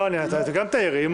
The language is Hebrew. לא, גם תעירי.